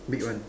big one